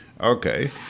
Okay